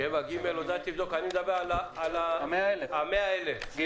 אני מדבר על ה-100,000.